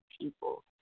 people